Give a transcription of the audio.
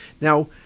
Now